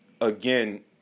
again